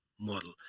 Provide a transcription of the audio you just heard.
model